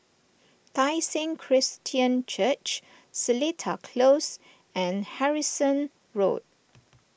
Tai Seng Christian Church Seletar Close and Harrison Road